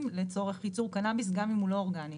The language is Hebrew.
לצורך איתור קנביס גם אם הוא לא אורגני.